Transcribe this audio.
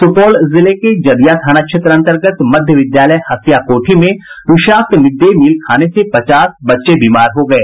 सुपौल जिले के जदिया थाना क्षेत्र अन्तर्गत मध्य विद्यालय हसिया कोठी में विषाक्त मिड डे मील खाने से पचास बच्चे बीमार हो गये